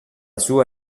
sua